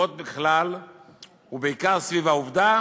נסבות ככלל ובעיקר על העובדה